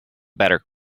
better